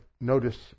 notice